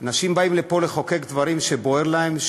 אנשים באים לפה לחוקק דברים שבוערים להם,